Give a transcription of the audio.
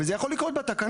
וזה יכול לקרות בתקנות.